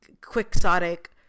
quixotic